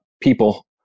people